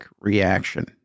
reaction